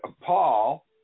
Paul